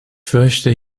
fürchte